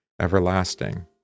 everlasting